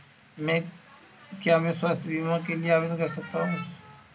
क्या मैं स्वास्थ्य बीमा के लिए आवेदन कर सकता हूँ?